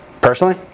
Personally